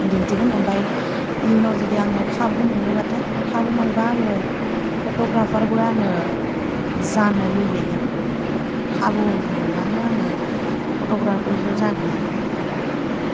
दिन्थिगोन ओमफ्राय इयुनाव जुदि आङो खाबु मोनोबाथाय खाबु मोनोबा आङो फत'ग्राफारबो आङो जानो लुबैगोन खाबु मोनबानो आङो फत'ग्राफार जागोन आरोना